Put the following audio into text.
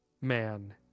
man